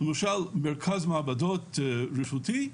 למשל מרכז מעבדות רשותי,